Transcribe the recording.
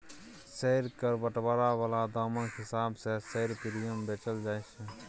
share केर बंटवारा बला दामक हिसाब सँ शेयर प्रीमियम बेचल जाय छै